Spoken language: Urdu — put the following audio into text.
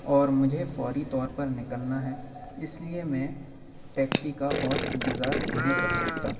اور مجھے فوری طور پر نکلنا ہے اس لیے میں ٹیکسی کا اور انتظار نہیں کر سکتا